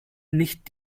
nicht